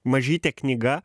mažytė knyga